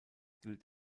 gilt